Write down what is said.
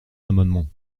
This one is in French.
amendement